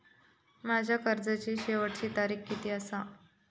माझ्या कर्जाची शेवटची तारीख किती आसा?